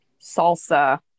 Salsa